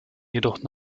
jedoch